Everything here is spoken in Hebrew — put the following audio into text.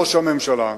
ראש הממשלה,